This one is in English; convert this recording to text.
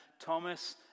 Thomas